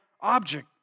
object